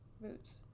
Boots